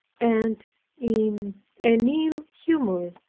and in an ill humor.